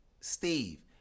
Steve